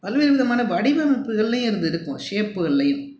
பல்வேறு விதமான வடிவமைப்புகள்லையும் இது இருக்கும் ஷேப்புகள்லையும்